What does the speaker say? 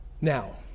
Now